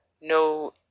no